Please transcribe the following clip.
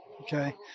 Okay